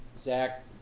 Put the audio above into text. Zach